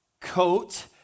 coat